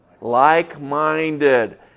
like-minded